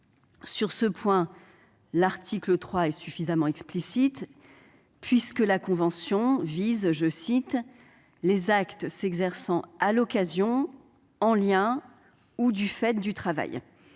Sur ce point, l'article 3 est suffisamment explicite, puisque la convention vise les actes « s'exerçant à l'occasion, en lien avec ou du fait du travail ».